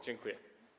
Dziękuję.